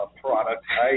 product